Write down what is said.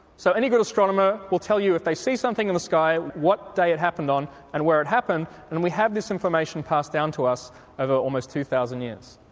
so any good astronomer will tell you, if they see something in the sky, what day it happened on and where it happened, and we have this information passed down to us over almost two thousand years.